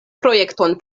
projekton